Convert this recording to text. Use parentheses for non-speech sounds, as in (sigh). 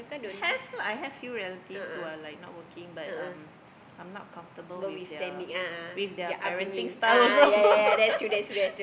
have lah I have few relatives who are like not working but um I'm not comfortable with their with their parenting style also (laughs)